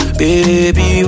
baby